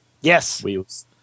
Yes